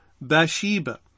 Bathsheba